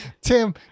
Tim